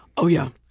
oh yeah.